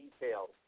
details